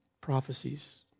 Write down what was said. prophecies